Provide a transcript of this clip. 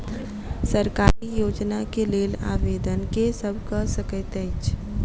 सरकारी योजना केँ लेल आवेदन केँ सब कऽ सकैत अछि?